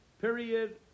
Period